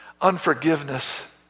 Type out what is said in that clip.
Unforgiveness